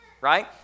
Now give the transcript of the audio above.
right